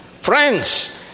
Friends